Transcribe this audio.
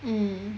mm